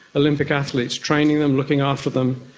olympic athletes, training them, looking after them.